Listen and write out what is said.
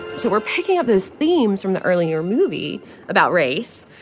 so we're picking up those themes from the earlier movie about race.